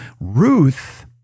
Ruth